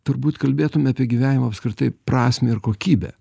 turbūt kalbėtume apie gyvenimo apskritai prasmę ir kokybę